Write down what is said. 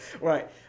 Right